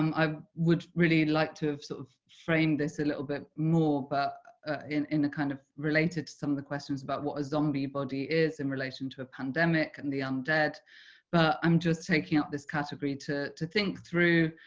um would really like to have sort of framed this a little bit more but in in a kind of related to some of the questions about what a zombie body is in relation to a pandemic and the undead undead but i'm taking up this category to to think through